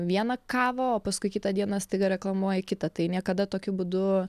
vieną kavą o paskui kitą dieną staiga reklamuoji kitą tai niekada tokiu būdu